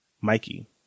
Mikey